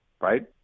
right